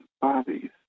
bodies